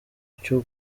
cyo